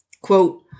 Quote